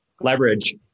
leverage